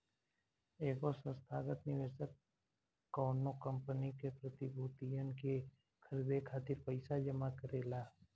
एगो संस्थागत निवेशक कौनो कंपनी के प्रतिभूतियन के खरीदे खातिर पईसा जमा करेला